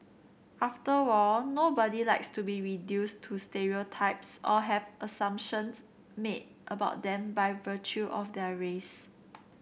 after all nobody likes to be reduced to stereotypes or have assumptions made about them by virtue of their race